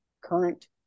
current